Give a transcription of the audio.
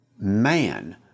Man